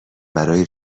برای